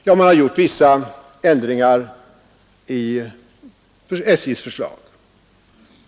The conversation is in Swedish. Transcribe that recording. Ja, man har gjort vissa ändringar i SJ:s förslag.